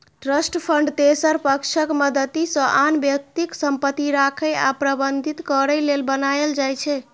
trust fund तेसर पक्षक मदति सं आन व्यक्तिक संपत्ति राखै आ प्रबंधित करै लेल बनाएल जाइ छै